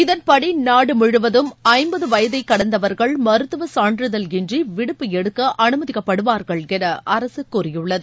இதன்படி நாடுமுழுவதும் ஐம்பதுவயதைக் கடந்தவர்கள் மருத்துவசான்றிதழ் இன்றிவிடுப்பு எடுக்கஅனுமதிக்கப்படுவார்கள் எனஅரசுகூறியுள்ளது